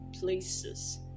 places